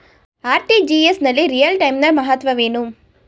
RTGS ನಲ್ಲಿ real time ನ ಮಹತ್ವವೇನು?